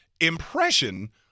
impression